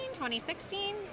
2016